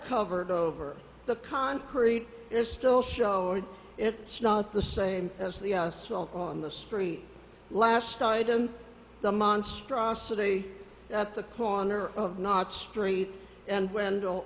covered over the concrete is still showing it's not the same as the asphalt on the street last item the monstrosity at the corner of notch street and wendell